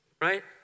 Right